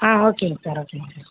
ஆ ஓகேங்க சார் ஓகேங்க சார்